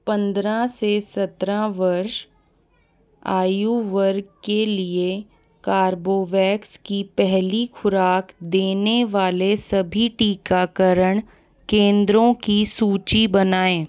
पन्द्रह से सत्रह वर्ष आयु वर्ग के लिए कारबोवेक्स की पहली ख़ुराक देने वाले सभी टीकाकरण केन्द्रों की सूची बनाएँ